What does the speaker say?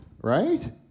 right